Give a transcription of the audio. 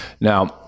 Now